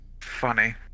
Funny